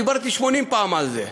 דיברתי 80 פעם על זה,